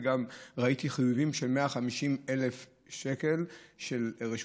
וראיתי גם חיובים של 150,000 שקל של רשות